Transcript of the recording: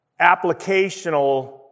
applicational